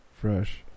fresh